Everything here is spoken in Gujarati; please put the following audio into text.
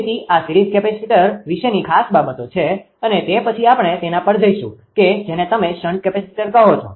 તેથી આ સીરીઝ કેપેસિટર વિશેની ખાસ બાબતો છે અને તે પછી આપણે તેના પર જઈશું કે જેને તમે શન્ટ કેપેસિટર કહો છો